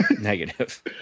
negative